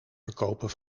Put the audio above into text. verkopen